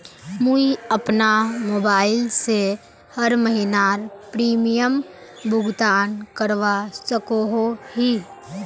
मुई अपना मोबाईल से हर महीनार प्रीमियम भुगतान करवा सकोहो ही?